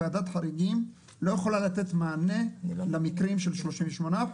ועדת חריגים לא יכולה לתת מענה למקרים של 38%,